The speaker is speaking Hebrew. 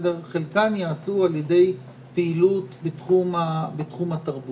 חלקם ייעשו על ידי פעילות בתחום התרבות.